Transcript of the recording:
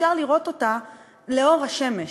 אפשר לראות אותה לאור השמש,